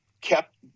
kept